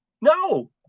no